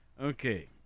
Okay